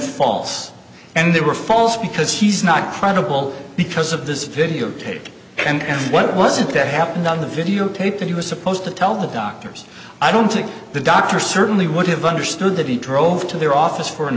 false and they were false because he's not credible because of this videotape and what was it that happened on the videotape that he was supposed to tell the doctors i don't think the doctor certainly would have understood that he drove to their office for an